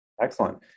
Excellent